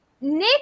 Nick